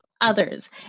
others